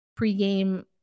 pregame